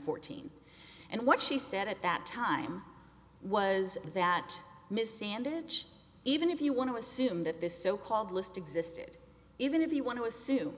fourteen and what she said at that time was that ms sanded even if you want to assume that this so called list existed even if you want to assume